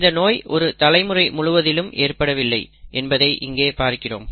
இந்த நோய் ஒரு தலைமுறை முழுவதிலும் ஏற்படவில்லை என்பதை இங்கே பார்க்கலாம்